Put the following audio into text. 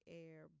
air